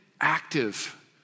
active